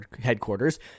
headquarters